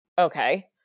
okay